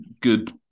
good